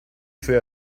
fait